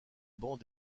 banc